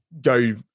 go